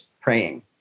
praying